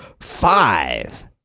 five